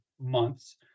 months